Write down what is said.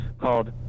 called